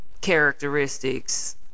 characteristics